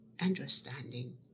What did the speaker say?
understanding